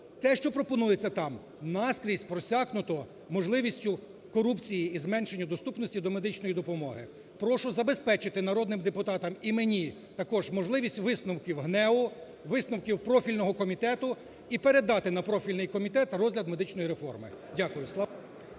те, що пропонується там, наскрізь просякнуто можливістю корупції і зменшенню доступності до медичної допомоги. Прошу забезпечити народним депутатам і мені також можливість висновків ГНЕУ, висновків профільного комітету і передати на профільний комітет розгляд медичної реформи. Дякую.